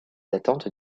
attentes